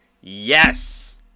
yes